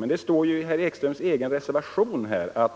Men det står ju i det avsnitt av finansutskottets yttrande till skatteoch näringsutskotten, där herr Ekström m.fl. anmält avvikande mening, att